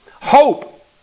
Hope